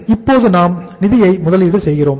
எனவே இப்போது நாம் நிதியை முதலீடு செய்கிறோம்